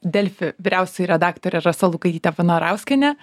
delfi vyriausioji redaktorė rasa lukaitytė vnarauskienė